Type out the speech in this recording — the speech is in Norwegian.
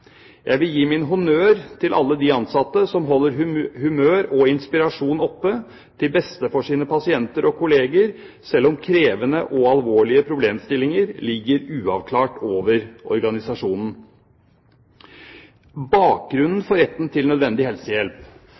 Jeg vil gi honnør til alle de ansatte som holder humøret oppe, og som gir inspirasjon, til beste for sine pasienter og sine kolleger, selv om krevende og alvorlige problemstillinger ligger uavklart over organisasjonen. Bakgrunnen for retten til nødvendig helsehjelp